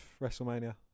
WrestleMania